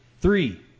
three